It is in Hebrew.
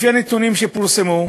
לפי הנתונים שפורסמו,